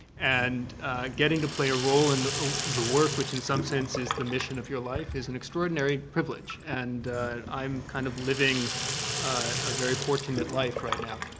and getting to play a role in the work, which in some sense is the mission of your life, is an extraordinary privilege. and i'm kind of living a very fortunate life right now.